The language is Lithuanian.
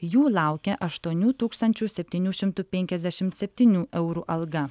jų laukia aštuonių tūkstančių septynių šimtų penkiasdešimt septynių eurų alga